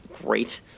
great